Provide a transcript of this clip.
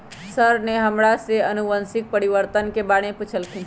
sir ने हमरा से अनुवंशिक परिवर्तन के बारे में पूछल खिन